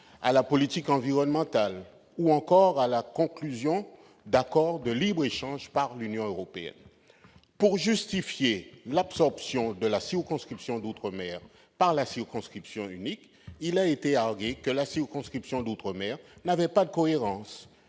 à la politique environnementale ou encore à la conclusion d'accords de libre-échange par l'Union européenne. Pour justifier son absorption par la circonscription unique, il a été argué que la circonscription d'outre-mer n'avait pas de cohérence